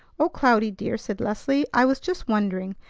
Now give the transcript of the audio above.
o cloudy, dear, said leslie, i was just wondering.